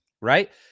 right